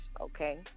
okay